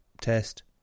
test